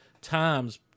times